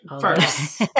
first